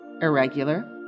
irregular